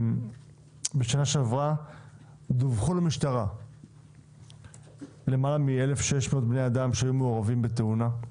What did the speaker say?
בשנה שעברה דווח למשטרה על למעלה מ-1,600 בני אדם שהיו מעורבים בתאונה.